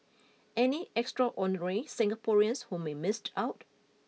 any extraordinary Singaporeans whom we missed out